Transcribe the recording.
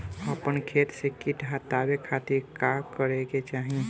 अपना खेत से कीट के हतावे खातिर का करे के चाही?